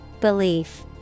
Belief